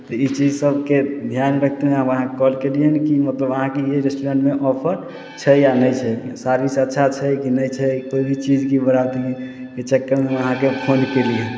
तऽ ई चीज सभके ध्यान रखते हइ आब अहाँके कॉल कयलियैहन कि मतलब अहाँके अइ रेस्टोरेन्टमे ऑफर छै या नहि छै सर्विस अच्छा छै कि नहि छै कोइ भी चीज कि बड़ा चक्करमे हम अहाँके फोन कयली